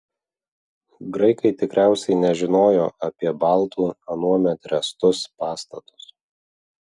graikai tikriausiai nežinojo apie baltų anuomet ręstus pastatus